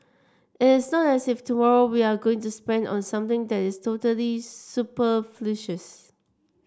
it is not as if tomorrow we are going to spend on something that is totally super